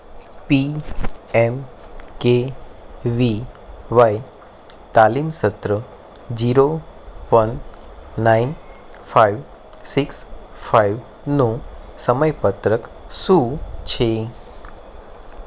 PMKVY તાલીમ સત્ર zero one nine five six ફાઈવનો સમય પત્રક શું છે